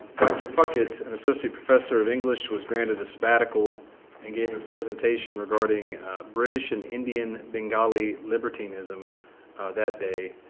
dr. puckett, an associate professor of english, was granted a sabbatical and gave a presentation regarding british and indian bengali libertinism that day.